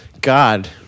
God